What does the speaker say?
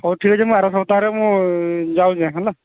ହଉ ଠିକ ଅଛେ ମୁଇଁ ଆର ସପ୍ତାହରେ ମୁଁ ଯାଉଚେଁ ହେଲା